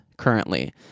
currently